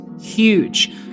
huge